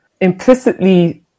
implicitly